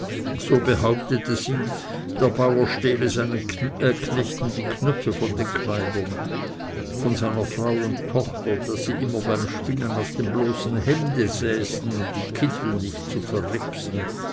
so behauptete sie der bauer stehle seinen knechten die knöpfe von den kleidern von seiner frau und tochter daß sie immer beim spinnen auf dem bloßen hemde säßen um die kittel nicht zu